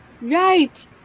Right